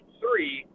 three